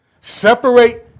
Separate